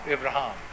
Abraham